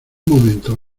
momento